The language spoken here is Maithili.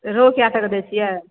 रोहू कए टके दै छियै